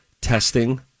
testing